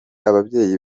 ababyeyi